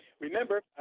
Remember